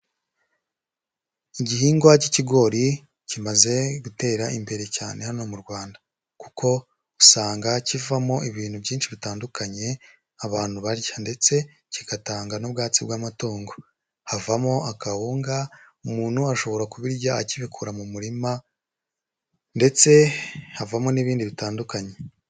Igihingwa cy'ikigori kimaze gutera imbere cyane hano mu Rwanda kuko usanga kivamo ibintu byinshi bitandukanye abantu barya ndetse kigatanga n'ubwatsi bw'amatungo. Havamo akawunga umuntu ashobora kubirya akibikura mu murima ndetse havamo n'ibindi bitandukanye.